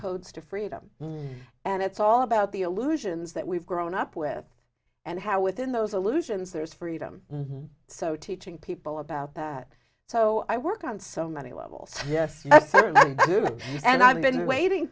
codes to freedom and it's all about the illusions that we've grown up with and how within those allusions there is freedom so teaching people about that so i work on so many levels yes and i've been waiting